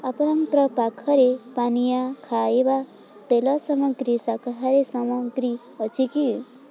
ଆପଣଙ୍କ ପାଖରେ ପାନୀୟ ଖାଇବା ତେଲ ସାମଗ୍ରୀ ଶାକାହାରୀ ସାମଗ୍ରୀ ଅଛି କି